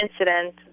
incident